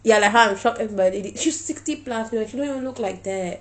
ya like how I'm shocked by the lady she's sixty plus you know she don't even look like that